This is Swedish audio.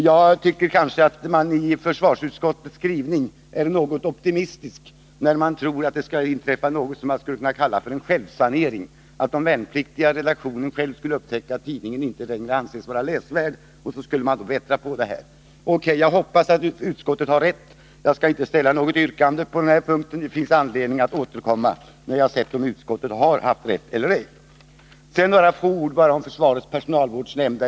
Jag tycker att försvarsutskottet i sin skrivning är något optimistiskt när man tror att det skall inträffa vad som skulle kunna kallas för en självsanering: att de värnpliktiga i redaktionen sjä!va skulle upptäcka att tidningen inte längre anses vara läsvärd och ändra på det. Jag hoppas att utskottet har rätt. Jag skall inte ställa något yrkande på den här punkten. Det finns anledning att återkomma när jag har sett om utskottet hade rätt eller ej. Så bara några få ord om försvarets personalvårdsnämnd.